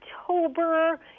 October